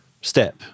step